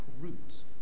roots